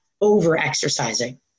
over-exercising